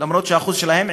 אף שהאחוז שלהם,